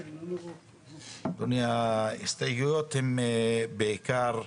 אדוני, ההסתייגות הראשונה.